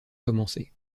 commencer